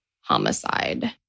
homicide